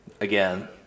again